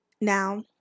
Now